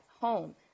home